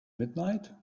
midnight